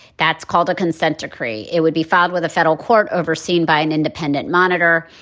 that's called a consent decree. it would be filed with a federal court overseen by an independent monitor.